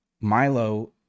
Milo